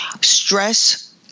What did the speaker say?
stress